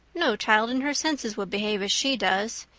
no child in her senses would behave as she does.